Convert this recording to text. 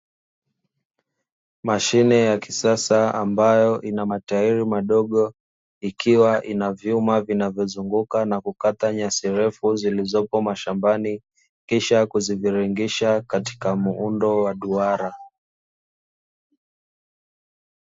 Mashine ya kisasa ambayo ina mataili madogo ikiwa ina vyuma vinavyozunguka na kukata nyasi refu zilizoko mashambani kisha kuzibiringisha katika muundo wa duara.